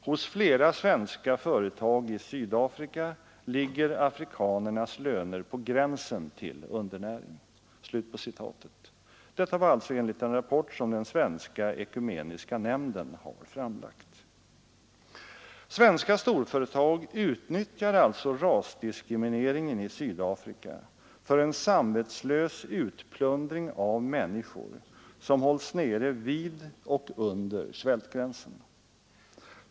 Hos flera svenska företag i Sydafrika ligger afrikanernas löner på gränsen till undernäring.” Svenska storföretag utnyttjar alltså rasdiskrimineringen i Sydafrika för en samvetslös utplundring av människor, som hålls nere vid och under svältgränsen.